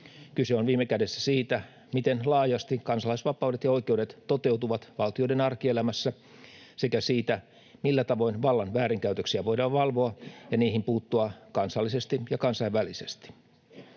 Kyse on viime kädessä siitä, miten laajasti kansalaisvapaudet ja ‑oikeudet toteutuvat valtioiden arkielämässä, sekä siitä, millä tavoin vallan väärinkäytöksiä voidaan valvoa ja niihin puuttua kansallisesti ja kansainvälisesti.